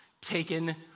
taken